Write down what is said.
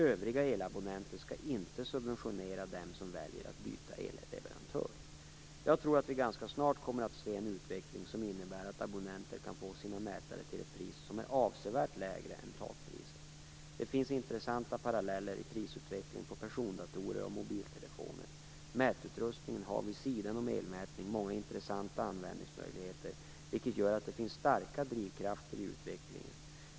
Övriga elabonnenter skall inte subventionera dem som väljer att byta elleverantör. Jag tror att vi ganska snart kommer att se en utveckling som innebär att abonnenter kan få sina mätare till ett pris som är avsevärt lägre än takpriset. Det finns intressanta paralleller i prisutvecklingen på persondatorer och mobiltelefoner. Mätutrustningen har vid sidan om elmätningen många intressanta användningsmöjligheter, vilket gör att det finns starka drivkrafter i utvecklingen.